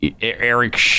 Eric